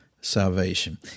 salvation